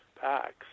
packs